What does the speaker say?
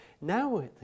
now